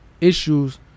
issues